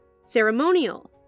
Ceremonial